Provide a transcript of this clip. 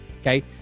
okay